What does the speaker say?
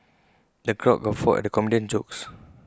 the crowd guffawed at the comedian's jokes